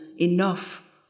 enough